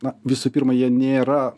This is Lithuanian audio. na visų pirma jie nėra